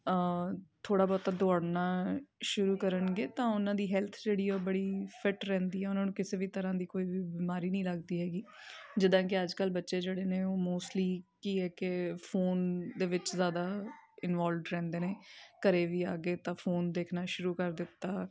ਥੋੜ੍ਹਾ ਬਹੁਤਾ ਦੌੜਨਾ ਸ਼ੁਰੂ ਕਰਨਗੇ ਤਾਂ ਉਹਨਾਂ ਦੀ ਹੈਲਥ ਜਿਹੜੀ ਆ ਉਹ ਬੜੀ ਫਿੱਟ ਰਹਿੰਦੀ ਆ ਉਹਨਾਂ ਨੂੰ ਕਿਸੇ ਵੀ ਤਰ੍ਹਾਂ ਦੀ ਕੋਈ ਵੀ ਬਿਮਾਰੀ ਨਹੀਂ ਲੱਗਦੀ ਹੈਗੀ ਜਿੱਦਾਂ ਕਿ ਅੱਜ ਕੱਲ੍ਹ ਬੱਚੇ ਜਿਹੜੇ ਨੇ ਉਹ ਮੋਸਟਲੀ ਕੀ ਹੈ ਕਿ ਫੋਨ ਦੇ ਵਿੱਚ ਜ਼ਿਆਦਾ ਇਨਵੋਲਵਡ ਰਹਿੰਦੇ ਨੇ ਘਰ ਵੀ ਆ ਗਏ ਤਾਂ ਫੋਨ ਦੇਖਣਾ ਸ਼ੁਰੂ ਕਰ ਦਿੱਤਾ